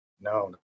no